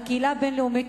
על הקהילה הבין-לאומית,